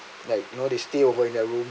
like you know they stay over in their room